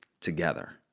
together